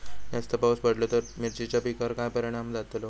जास्त पाऊस पडलो तर मिरचीच्या पिकार काय परणाम जतालो?